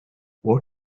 what